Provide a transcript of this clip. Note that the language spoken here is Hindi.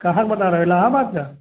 कहाँ का बता रहे हो इलाहाबाद का